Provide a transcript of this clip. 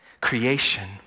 Creation